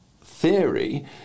theory